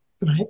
Right